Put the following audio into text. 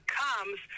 comes